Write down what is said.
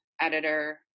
editor